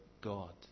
God